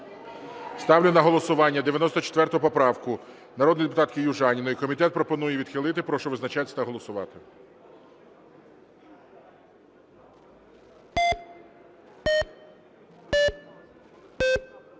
Ставлю на голосування 94 поправку народної депутатки Южаніної. Комітет пропонує її відхилити. Прошу визначатися та голосувати.